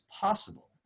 possible